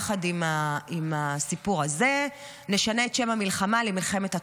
יחד עם הסיפור הזה: נשנה את שם המלחמה למלחמת התקומה.